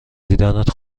دیدنت